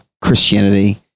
Christianity